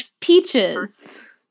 Peaches